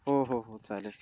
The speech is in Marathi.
हो हो हो चालेल